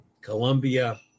Colombia